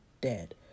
dead